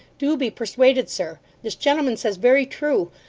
do be persuaded, sir. this gentleman says very true.